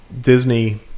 Disney